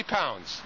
pounds